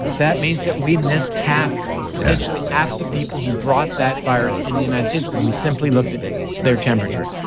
that means that we missed ah potentially half the people who brought that virus in the united states because we simply looked at their temperature.